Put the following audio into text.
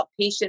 outpatient